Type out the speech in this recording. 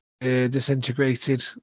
disintegrated